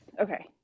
Okay